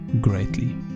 greatly